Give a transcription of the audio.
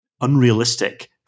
unrealistic